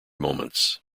moments